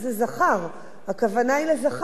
הכוונה היא לזכר, אם אני מבינה נכון,